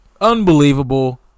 Unbelievable